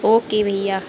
okay भैया